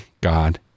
God